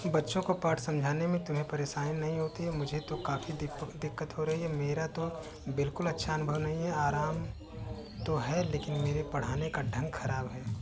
बच्चों को पाठ समझाने में तुम्हें परेशानी नहीं होती है मुझे तो काफ़ी दिक्कत हो रही है मेरा तो बिलकुल अच्छा अनुभव नहीं है आराम तो है लेकिन मेरे पढ़ाने का ढंग ख़राब है